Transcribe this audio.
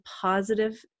positive